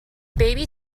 baby